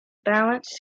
balance